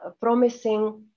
promising